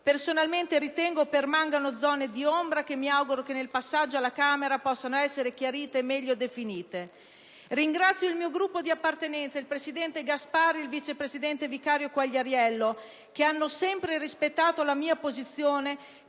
Personalmente, ritengo permangano zone d'ombra che mi auguro nel passaggio alla Camera possano essere chiarite e meglio definite. Ringrazio il mio Gruppo di appartenenza, il presidente Gasparri e il vice presidente vicario Quagliariello, che hanno sempre rispettato la mia posizione